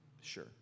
sure